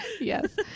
Yes